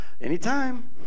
anytime